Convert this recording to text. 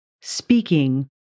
speaking